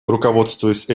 руководствуясь